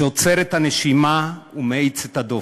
שעוצר את הנשימה ומאיץ את הדופק.